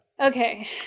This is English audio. Okay